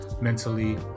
mentally